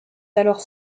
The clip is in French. alors